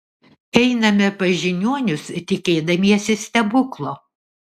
einame pas žiniuonius tikėdamiesi stebuklo